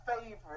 favorite